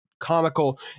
comical